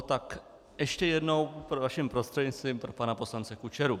Tak ještě jednou, vaším prostřednictvím pro pana poslance Kučeru.